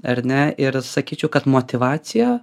ar ne ir sakyčiau kad motyvacija